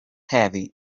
heavy